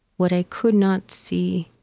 what i could not see,